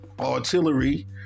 artillery